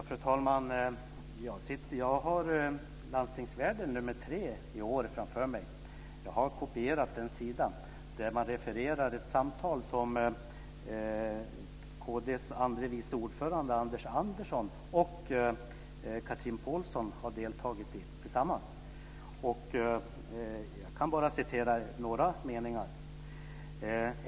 Fru talman! Jag har Landstingsvärlden nr 3 för i år framför mig. Jag har kopierat den sida där man refererar ett samtal som kd:s andre vice ordförande Anders Andersson och Chatrine Pålsson har deltagit i tillsammans. Jag ska citera ett par meningar.